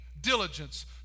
diligence